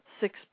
six